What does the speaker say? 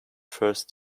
first